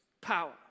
power